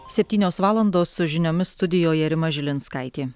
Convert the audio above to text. septynios valandos su žiniomis studijoje rima žilinskaitė